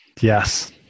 Yes